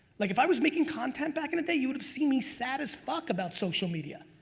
like if i was making content back in the day, you would have seen me sad as fuck about social media.